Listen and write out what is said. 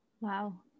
Wow